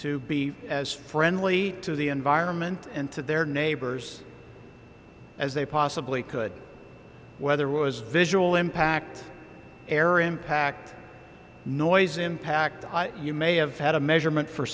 to be as friendly to the environment and to their neighbors as they possibly could whether was visual impact air impact noise impact you may have had a measurement for